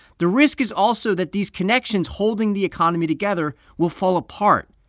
the risk is also that these connections holding the economy together will fall apart.